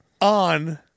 on